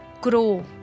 grow